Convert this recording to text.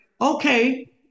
Okay